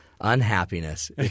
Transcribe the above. unhappiness